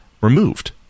removed